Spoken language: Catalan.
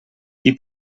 qui